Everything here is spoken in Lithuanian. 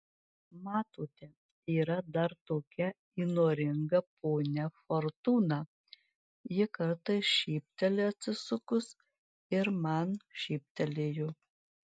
matote yra dar tokia įnoringa ponia fortūna ji kartais šypteli atsisukus ir man šyptelėjo